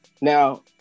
Now